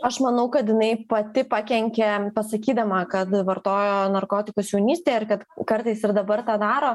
aš manau kad jinai pati pakenkė pasakydama kad vartojo narkotikus jaunystėje ar kad kartais ir dabar tą daro